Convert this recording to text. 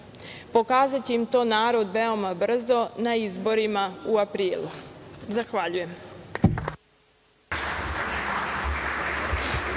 Pokazaće im to narod veoma brzo, na izborima u aprilu. Zahvaljujem.